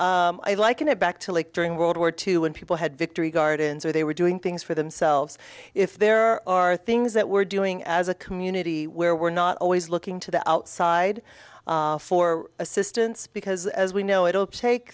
but i liken it back to like during world war two when people had victory gardens where they were doing things for themselves if there are things that we're doing as a community where we're not always looking to the outside for assistance because as we know it will take